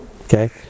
Okay